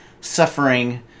suffering